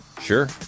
Sure